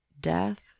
death